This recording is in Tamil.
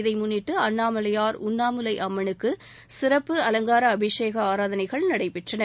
இதை முன்னிட்டு அண்ணாமலையார் உண்ணாமுலை அம்மனுக்கு சிறப்பு அலங்கார அபிஷேக ஆராதனைகள் நடைபெற்றன